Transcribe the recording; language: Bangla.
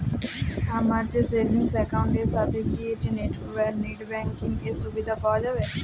আমার সেভিংস একাউন্ট এর সাথে কি নেটব্যাঙ্কিং এর সুবিধা পাওয়া যাবে?